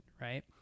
right